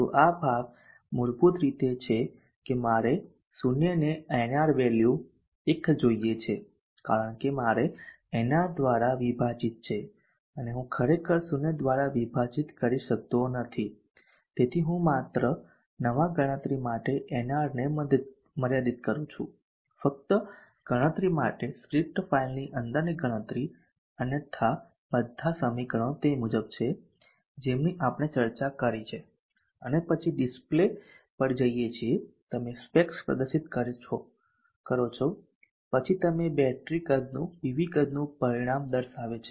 તો આ ભાગ મૂળભૂત રીતે છે કે મારે o ને nr વેલ્યુ 1 જોઈએ છે કારણ કે મારે nr દ્વારા વિભાજીત છે અને હું ખરેખર શૂન્ય દ્વારા વિભાજીત કરી શકતો નથી તેથી હું માત્ર નવા ગણતરી માટે nr ને મર્યાદિત કરું છું ફક્ત ગણતરી માટે સ્ક્રિપ્ટ ફાઇલની અંદરની ગણતરી અન્યથા બધાં સમીકરણો તે મુજબ છે જેમની આપણે ચર્ચા કરી છે અને પછી ડિસ્પ્લે પર જઈએ છીએ તમે સ્પેક્સ પ્રદર્શિત કરો છો પછી તમે બેટરી કદનું અને પીવી કદનું પરિણામ દર્શાવે છે